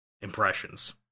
impressions